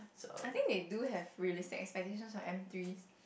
I think they do have realistic expectations for M three